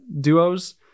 duos